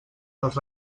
els